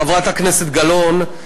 חברת הכנסת גלאון,